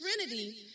Trinity